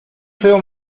feo